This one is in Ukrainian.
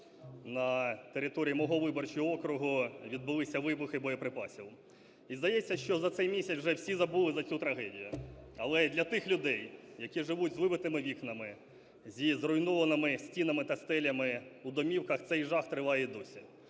на території мого виборчого округу відбулися вибухи боєприпасів. І здається, що за цей місяць вже всі забули за цю трагедію. Але для тих людей, які живуть з вибитими вікнами, зі зруйнованими стінами та стелями у домівках, цей жах триває і досі.